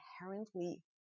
inherently